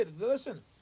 Listen